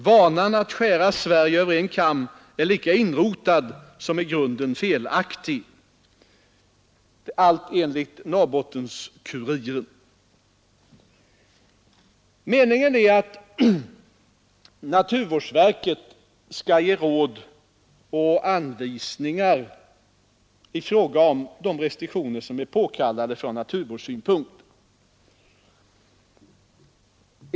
Vanan att skära Sverige över en kam är lika inrotad som i grunden felaktig.” Allt detta enligt Norrbottens-Kuriren. Meningen är att naturvårdsverket skall ge råd och anvisningar i fråga om de restriktioner som är påkallade ur naturvårdssynpunkt.